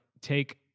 take